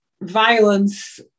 violence